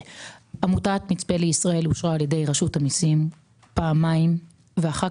עמותת מצפה לישראל אושרה על ידי רשות המיסים פעמיים ואחר